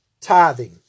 tithing